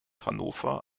hannover